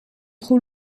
trop